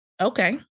okay